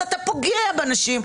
אתה פוגע בנשים,